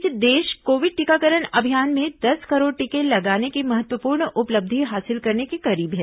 इस बीच देश कोविड टीकाकरण अभियान में दस करोड़ टीके लगाने की महत्वपूर्ण उपलब्धि हासिल करने के करीब है